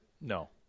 No